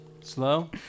Slow